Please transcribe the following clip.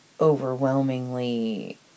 overwhelmingly